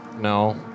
No